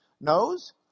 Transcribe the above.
knows